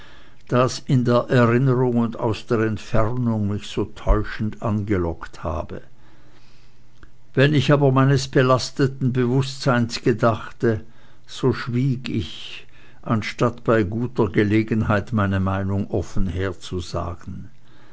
das in der erinnerung und aus der entfernung mich so täuschend angelockt habe wenn ich aber meines belasteten bewußtseins gedachte so schwieg ich anstatt bei guter gelegenheit meine meinung offen herauszusagen